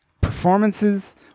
performances